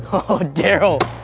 oh darryl,